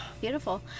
beautiful